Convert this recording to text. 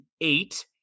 eight